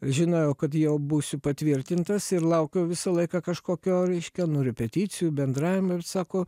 žinojau kad jau būsiu patvirtintas ir laukiau visą laiką kažkokio reiškia nu repeticijų bendravimo ir sako